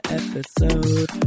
episode